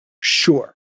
Sure